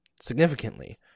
significantly